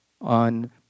on